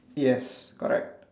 yes correct